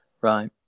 right